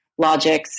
logics